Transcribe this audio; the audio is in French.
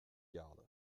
garde